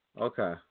Okay